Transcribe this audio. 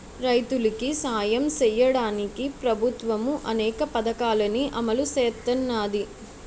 రైతులికి సాయం సెయ్యడానికి ప్రభుత్వము అనేక పథకాలని అమలు సేత్తన్నాది